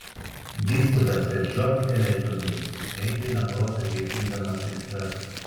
disputas kad žioptelėtumei aitrina protą gesindamas aistras